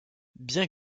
bien